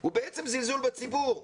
הוא בעצם זלזול בציבור.